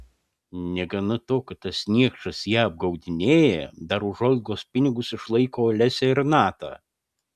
negana to kad tas niekšas ją apgaudinėja dar už olgos pinigus išlaiko olesią ir natą